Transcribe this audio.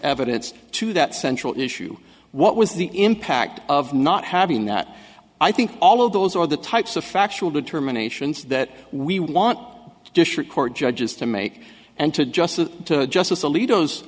evidence to that central issue what was the impact of not having that i think all of those are the types of factual determinations that we want district court judges to make and to just to justice alit